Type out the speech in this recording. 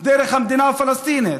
דרך המדינה הפלסטינית,